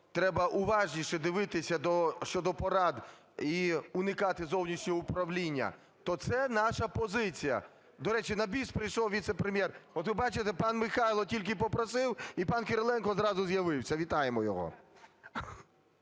треба уважніше дивитися щодо порад і уникати зовнішнього управління, то це наша позиція. До речі, на біс прийшов віце-прем'єр. От ви бачите, пан Михайло, тільки попросив, і пан Кириленко одразу з'явився. Вітаємо його!